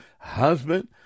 husband